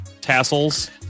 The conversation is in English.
tassels